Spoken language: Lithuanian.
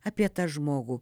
apie tą žmogų